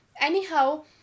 anyhow